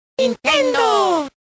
Nintendo